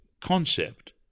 concept